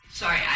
Sorry